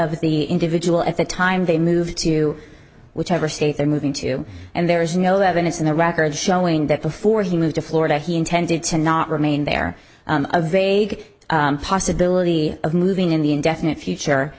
of the individual at the time they moved to whichever state they're moving to and there is no evidence in the record showing that before he moved to florida he intended to not remain there a vague possibility of moving in the indefinite future